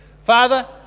father